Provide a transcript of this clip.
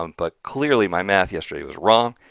um but clearly my math yesterday was wrong,